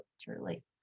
truly